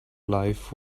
life